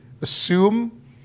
assume